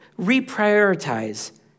Reprioritize